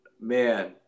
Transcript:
Man